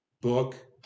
Book